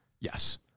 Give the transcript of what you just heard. Yes